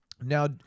Now